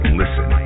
listen